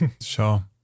Sure